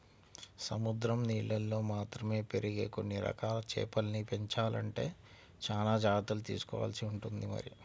సముద్రం నీళ్ళల్లో మాత్రమే పెరిగే కొన్ని రకాల చేపల్ని పెంచాలంటే చానా జాగర్తలు తీసుకోవాల్సి ఉంటుంది మరి